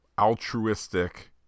altruistic